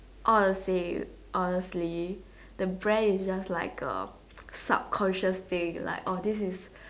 all the same honestly the brand is just like a subconscious thing like orh this is